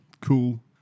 Cool